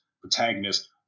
protagonist